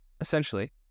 essentially